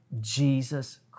Jesus